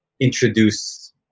introduce